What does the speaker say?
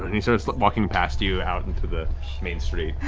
he starts like walking past you, out into the main street.